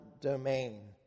domain